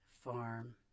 farm